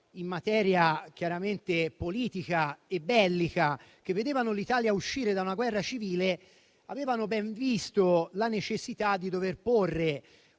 in materia politica e bellica che vedevano l'Italia uscire da una guerra civile, aveva ben visto la necessità di porre